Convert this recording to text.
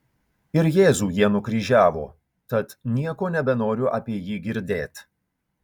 ir jėzų jie nukryžiavo tad nieko nebenoriu apie jį girdėt